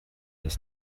dass